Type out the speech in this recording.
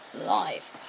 live